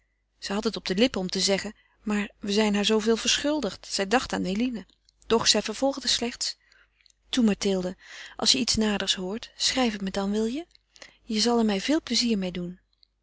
ze had het op de lippen om te zeggen maar we zijn haar zooveel verschuldigd zij dacht aan eline doch zij vervolgde slechts toe mathilde als je iets naders hoort schrijf het me dan wil je je zal er mij veel plezier meê doen